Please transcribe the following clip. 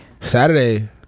Saturday